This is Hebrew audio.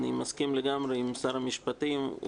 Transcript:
אני מסכים לגמרי עם שר המשפטים,